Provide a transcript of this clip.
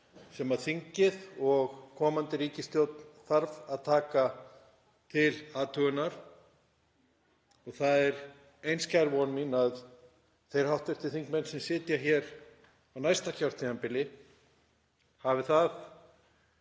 sem þingið og komandi ríkisstjórn þurfa að taka til athugunar. Það er einskær von mín að þeir hv. þingmenn sem sitja hér á næsta kjörtímabili hafi það